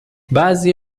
بعضی